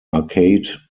arcade